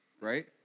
right